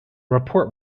report